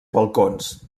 balcons